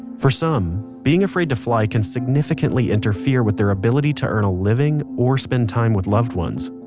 for some, being afraid to fly can significantly interfere with their ability to earn a living or spend time with loved ones.